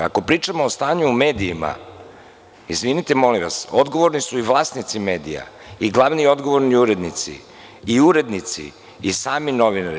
Ako pričamo o stanju u medijima, izvinite, molim vas, odgovorni su i vlasnici medija i glavni i odgovorni urednici i urednici i sami novinari.